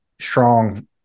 strong